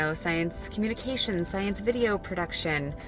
so science communication, science video production.